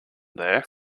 there